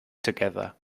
together